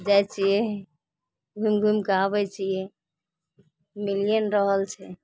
जाइ छियै घुमि घुमि कऽ आबै छियै मिलिए नहि रहल छै